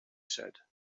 said